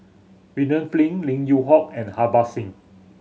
William Flint Lim Yew Hock and Harbans Singh